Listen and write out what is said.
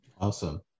awesome